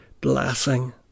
blessing